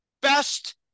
best